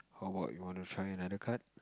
how about you wana try another card